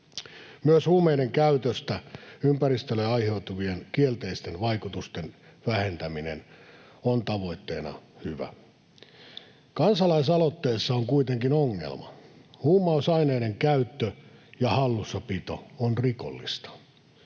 Myös huumeiden käytöstä ympäristölle aiheutuvien kielteisten vaikutusten vähentäminen on tavoitteena hyvä. Kansalaisaloitteessa on kuitenkin ongelma: huumausaineiden käyttö ja hallussapito on rikollista.